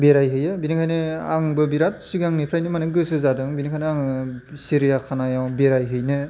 बेरायहैयो बिनिखायनो आंबो बेराद सिगांनिफ्रायनो मानि गोसो जादों बिनिखायनो आङो सिरिया खानायाव बेराय हैनो